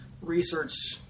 research